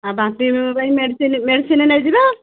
ବାନ୍ତି ପାଇଁ medicine medicine ନେଇଯିବ